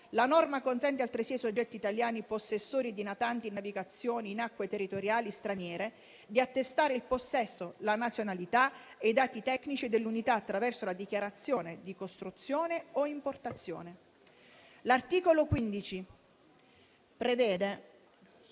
La norma consente altresì ai soggetti italiani possessori di natanti in navigazione in acque territoriali straniere, di attestare il possesso, la nazionalità ed i dati tecnici dell'unità attraverso la Dichiarazione di costruzione o importazione (DCI). L'articolo 15 prevede